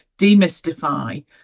demystify